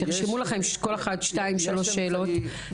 תרשמו לכן כל אחת שתיים-שלוש שאלות.